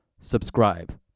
subscribe